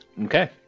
Okay